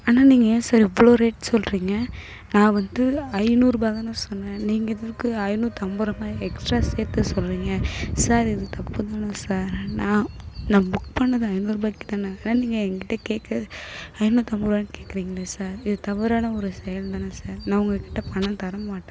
ஆனால் நீங்கள் ஏன் சார் இவ்வளோ ரேட் சொல்கிறீங்க நான் வந்து ஐந்நூறுரூபா தானே சொன்னேன் நீங்கள் எதற்கு ஐந்நூற்றம்பது ரூபாய் எக்ஸ்டரா சேர்த்து சொல்கிறீங்க சார் இது தப்பு தானே சார் நான் நான் புக் பண்ணிணது ஐந்நூறுரூபாய்க்கு தானே ஆனால் நீங்கள் என் கிட்டே கேட்க ஐந்நூற்றம்பது ரூபான்னு கேட்கறீங்களே சார் இது தவறான ஒரு செயல் தானே சார் நான் உங்கள் கிட்டே பணம் தர மாட்டேன்